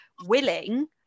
willing